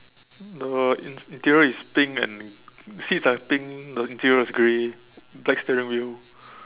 the in~ interior is pink and seats are pink the interior is grey black steering wheel